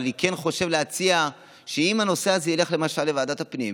אבל אני כן חושב להציע שאם הנושא הזה ילך למשל לוועדת הפנים,